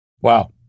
Wow